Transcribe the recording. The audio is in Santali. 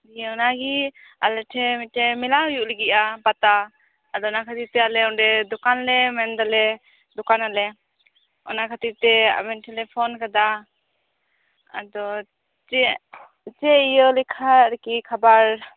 ᱤᱭᱟᱹ ᱚᱱᱟᱜᱮ ᱟᱞᱮ ᱴᱷᱮᱱ ᱢᱤᱫᱴᱷᱮᱱ ᱢᱮᱞᱟ ᱦᱳᱭᱳᱜ ᱞᱟᱜᱤᱜᱼᱟ ᱯᱟᱛᱟ ᱟᱫᱚ ᱚᱱᱟ ᱠᱷᱟᱛᱨ ᱛᱮ ᱟᱞᱮ ᱚᱸᱰᱮ ᱫᱚᱠᱟᱱ ᱞᱮ ᱢᱮᱱ ᱫᱟᱞᱮ ᱫᱚᱠᱟᱱᱟᱞᱮ ᱚᱱᱟ ᱠᱷᱟᱛᱤᱨ ᱛᱮ ᱟᱵᱤᱱ ᱴᱷᱮᱱ ᱞᱮ ᱯᱷᱳᱱ ᱟᱠᱟᱫᱟ ᱟᱫᱚ ᱪᱮᱫ ᱪᱮᱫ ᱤᱭᱟᱹ ᱞᱮᱠᱷᱟᱱ ᱟᱨ ᱠᱤ ᱠᱷᱟᱵᱟᱨ